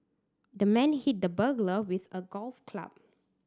the man hit the burglar with a golf club